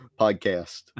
podcast